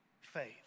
faith